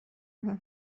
این